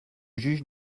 juge